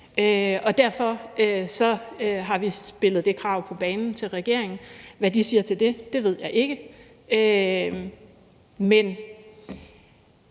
og derfor har vi spillet det krav på banen til regeringen. Hvad de siger til det, ved jeg ikke. Men